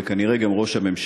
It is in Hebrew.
וכנראה גם של ראש הממשלה,